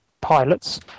pilots